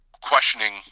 questioning –